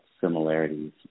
similarities